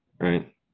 right